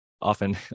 often